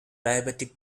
diabetic